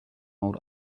old